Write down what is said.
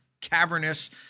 cavernous